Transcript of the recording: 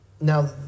Now